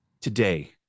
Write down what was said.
today